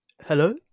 Hello